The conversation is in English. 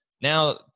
now